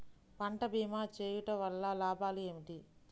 పంట భీమా చేయుటవల్ల లాభాలు ఏమిటి?